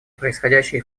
происходящие